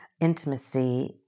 intimacy